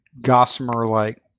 Gossamer-like